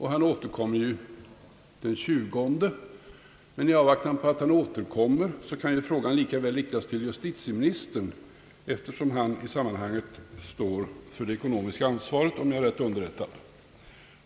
Han återkommer den tjugonde, men i avvaktan därpå kan frågan lika väl riktas till justitieministern eftersom han står för det ekonomiska ansvaret, om jag är rätt underrättad.